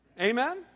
Amen